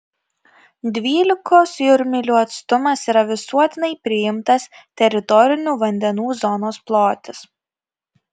dvylikos jūrmylių atstumas yra visuotinai priimtas teritorinių vandenų zonos plotis